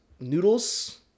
noodles